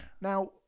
Now